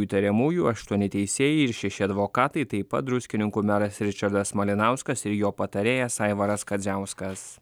įtariamųjų aštuoni teisėjai ir šeši advokatai taip pat druskininkų meras ričardas malinauskas ir jo patarėjas aivaras kadziauskas